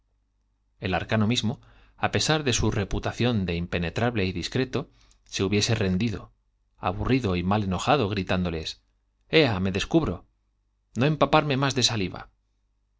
el arcano mismo á pesar de su reputación de impenetrable y discreto se hubiese rendido aburrido y mal enojado gritándoles i ea i me descubro i no empaparme más de saliva